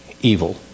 evil